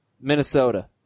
Minnesota